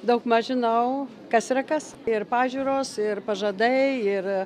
daugmaž žinau kas yra kas ir pažiūros ir pažadai ir